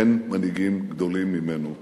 אין מנהיגים גדולים ממנו בדורנו.